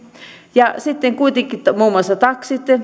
ja sitten kuitenkin muun muassa taksit